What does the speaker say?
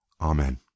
amen